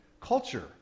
Culture